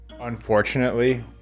Unfortunately